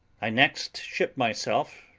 i next shipped myself,